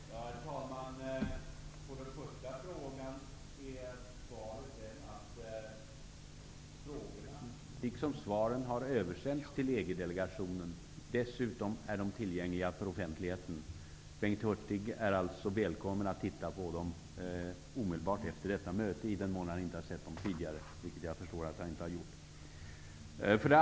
Herr talman! På den första frågan är svaret att frågorna liksom svaren har översänts till EG delegationen. Dessutom är de tillgängliga för offentligheten. Bengt Hurtig är alltså välkommen att ta del av dem omedelbart efter detta möte, i den mån han inte har sett dem tidigare, vilket jag förstår att han inte har gjort.